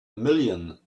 million